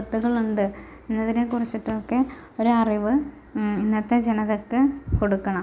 ആപത്തുകളുണ്ട് എന്നതിനെ കുറിച്ചിട്ടൊക്കെ ഒരറിവ് ഇന്നത്തെ ജനതക്ക് കൊടുക്കണം